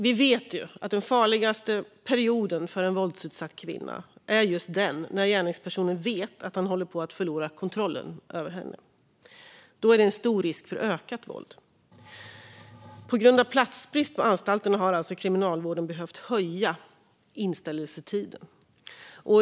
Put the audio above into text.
Vi vet att den farligaste perioden för en våldsutsatt kvinna är just den då gärningspersonen vet att han håller på att förlora kontrollen över henne. Då finns det en stor risk för ökat våld. På grund av platsbrist på anstalterna har alltså Kriminalvården behövt öka inställelsetiden.